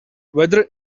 weather